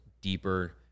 deeper